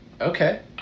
okay